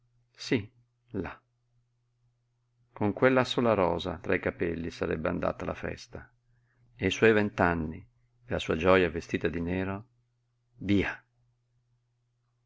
sí là con quella sola rosa tra i capelli sarebbe andata alla festa e i suoi vent'anni e la sua gioja vestita di nero via